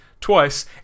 Twice